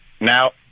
Now